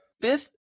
Fifth